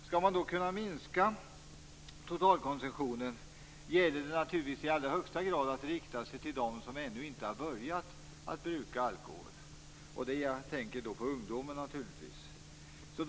Skall man då kunna minska totalkonsumtionen gäller det naturligtvis att rikta sig till dem som ännu inte har börjat att bruka alkohol. Jag tänker då på ungdomarna.